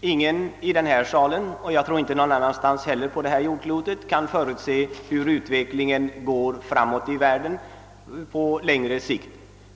Ingen i denna sal och förmodligen inte heller någon annanstans på detta jordklot kan förutse hur utvecklingen går framåt i världen på längre sikt.